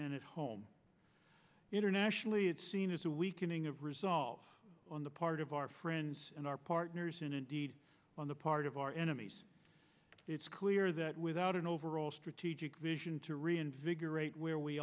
and at home internationally it's seen as a weakening of resolve on the part of our friends and our partners and indeed on the part of our enemies it's clear that without an overall strategic vision to reinvigorate where we